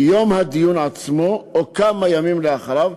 ביום הדיון עצמו או כמה ימים לאחריו.